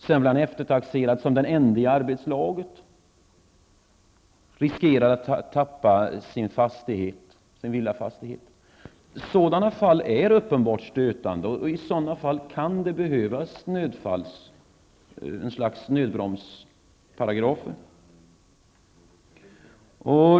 Sedan blev han som den ende i arbetslaget eftertaxerad och riskerade att förlora sin villafastighet. Sådana fall är uppenbart stötande och där kan det behövas ett slags ''nödbromsparagrafer''.